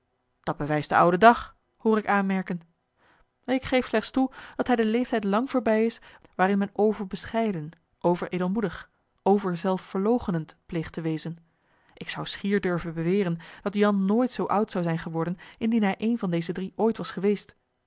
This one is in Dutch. dat bewijst den ouden dag hoor ik aanmerken ik geef slechts toe dat hij den leeftijd lang voorbij is waarin men overbescheiden overedelmoedig overzelfverloochenend pleegt te wezen ik zou schier durven beweren dat jan nooit zoo oud zou zijn geworden indien hij een van deze drie ooit was geweest